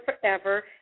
Forever